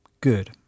good